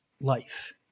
life